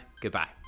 goodbye